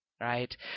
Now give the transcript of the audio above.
right